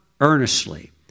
earnestly